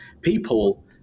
people